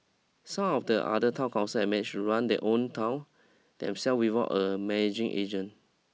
some of the other town council have managed to run their towns themselves without a managing agent